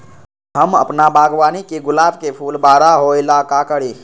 हम अपना बागवानी के गुलाब के फूल बारा होय ला का करी?